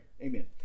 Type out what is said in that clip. Amen